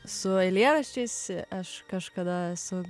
su eilėraščiais aš kažkada esu